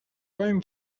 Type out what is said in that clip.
قایم